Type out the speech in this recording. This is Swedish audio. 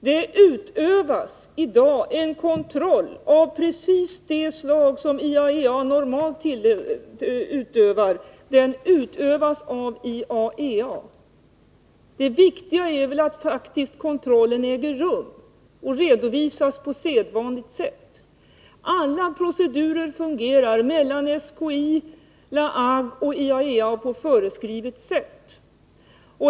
Det utövas i dag en kontroll av precis det slag som IAEA normalt utövar. Den utövas av IAEA. Det viktiga är väl att kontrollen faktiskt äger rum och redovisas på sedvanligt sätt. Alla procedurer fungerar mellan SKI, La Hague och IAEA på föreskrivet sätt.